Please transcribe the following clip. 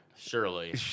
Surely